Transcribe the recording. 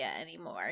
anymore